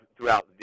throughout